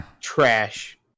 Trash